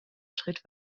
schritt